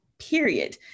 period